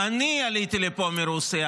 אני עליתי לפה מרוסיה